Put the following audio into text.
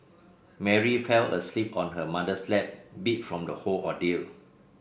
Mary fell asleep on her mother's lap beat from the whole ordeal